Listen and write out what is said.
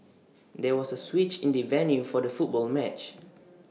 there was A switch in the venue for the football match